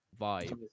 vibe